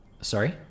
Sorry